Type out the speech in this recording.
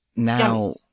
Now